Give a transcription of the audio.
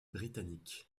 britannique